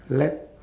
lap